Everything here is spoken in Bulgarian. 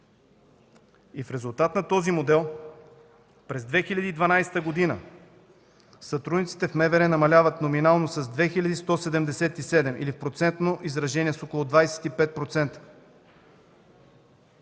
В резултат на този модел през 2012 г. сътрудниците в МВР намаляват номинално с 2177 или в процентно изражение с около 25%.